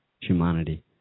humanity